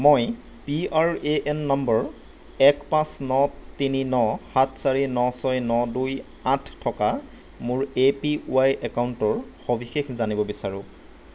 মই P R A N number এক পাঁচ ন তিনি ন সাত চাৰি ন ছয় ন দুই আঠ থকা মোৰ এ পি ৱাই একাউণ্টটোৰ সবিশেষ জানিব বিচাৰোঁ